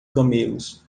camelos